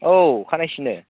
औ खानाय सिनो